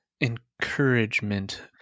encouragement